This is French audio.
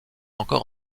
encore